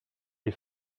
les